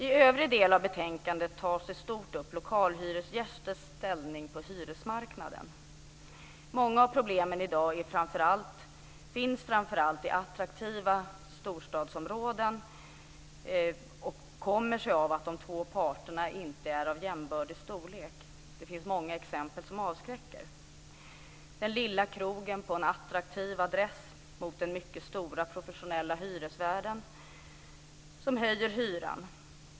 I betänkandet i övrigt tar man i stort upp lokalhyresgästers ställning på hyresmarknaden. Många av problemen i dag finns framför allt i attraktiva storstadsområden och kommer sig av att de två parterna inte är av jämbördig storlek. Det finns många avskräckande exempel. Det kan gälla den lilla krogen på en attraktiv adress mot den mycket stora professionella hyresvärden som höjer hyran.